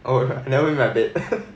oh never make my bed